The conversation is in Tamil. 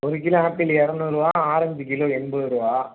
ஒரு கிலோ ஆப்பிள் இரநூருவா ஆரஞ்ச் கிலோ எண்பதுருவா